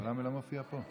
אני אגיד לך מה קרה פה.